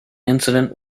incident